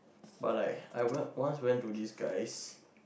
but like I want want went to this guys